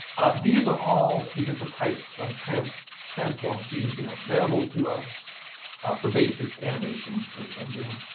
these are all the different types of transform transform keys we have available to us for basic animation in engine.